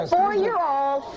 Four-year-old